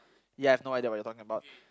you have no idea what you talking about